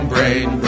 Brain